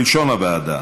כלשון הוועדה,